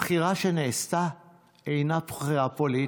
הבחירה שנעשתה אינה בחירה פוליטית.